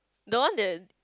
the one that